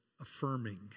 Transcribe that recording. affirming